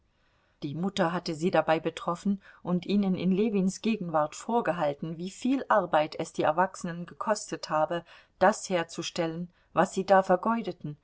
die mutter hatte sie dabei betroffen und ihnen in ljewins gegenwart vorgehalten wieviel arbeit es die erwachsenen gekostet habe das herzustellen was sie da vergeudeten